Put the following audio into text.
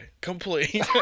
complete